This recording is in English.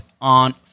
on